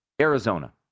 Arizona